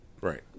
Right